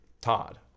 Todd